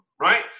right